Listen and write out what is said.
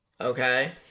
Okay